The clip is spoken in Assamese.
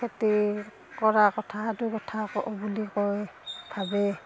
খেতি কৰা কথাটো কথা কওঁ বুলি কয় ভাবে